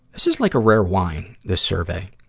this is like a rare wine, this survey.